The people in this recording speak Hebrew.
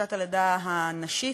חופשת הלידה הנשית,